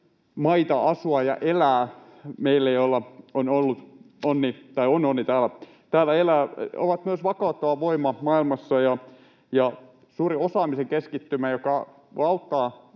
maita asua ja elää meille, joilla on onni täällä elää, myös vakauttava voima maailmassa ja suuri osaamisen keskittymä, joka auttaa